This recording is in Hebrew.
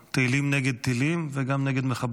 תהילים נגד טילים וגם נגד מחבלים.